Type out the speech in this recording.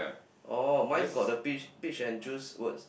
oh mine is got the beach beach and juice words